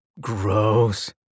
Gross